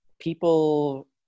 people